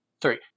three